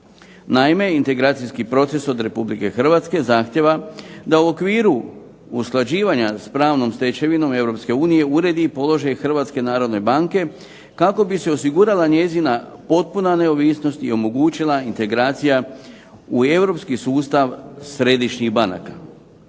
Naime, integracijski proces od Republike Hrvatske zahtijeva da u okviru usklađivanja s pravnom stečevinom Europske unije uredi i položaj Hrvatske narodne banke, kako bi se osigurala njezina potpuna neovisnost i omogućila integracija u europski sustav središnjih banaka.